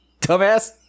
dumbass